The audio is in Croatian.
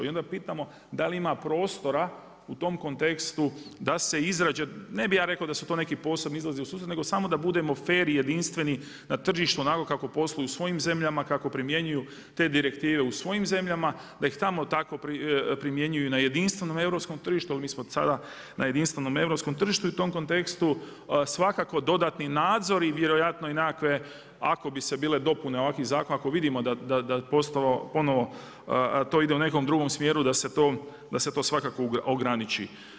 I onda pitamo da li ima prostora u tom kontekstu da iznađe, ne bi ja rekao da su to neki posebni izlazi u susret nego samo da budemo fer i jedinstveni na tržištu, onako kako posluju u svojim zemljama, kako primjenjuju te direktive u svojim zemljama, da ih tamo tako primjenjuju na jedinstvenom europskom tržištu jer mi smo sada na jedinstvenom europskom tržištu i u tom kontekstu svakako dodatni nadzor i vjerojatno i nekakve, ako bi bile dopune ovakvih zakona ako vidimo da je postalo ponovo, da to ide u nekom drugom smjeru da se to svakako ograniči.